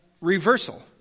reversal